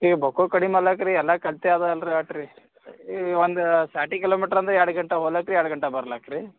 ಈ ಬೊಕ್ಕೂ ಕಡಿಮೆ ಅಲ್ಲಾಕ್ ರೀ ಎಲ್ಲಾಕ್ಕು ಅಳತೆ ಅದ ಅಲ್ರಿ ಆಟ್ರಿ ಈ ಒಂದು ಸಾಟ್ ಹೀ ಕಿಲೋಮೀಟ್ರ್ ಅಂದ್ರೆ ಎರಡು ಗಂಟೆ ಹೋಗೋಕ್ ರೀ ಎರಡು ಗಂಟೆ ಬರೋಕ್ ರೀ